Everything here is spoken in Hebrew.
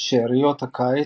"שאריות הקיץ",